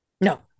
No